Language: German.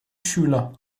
schüler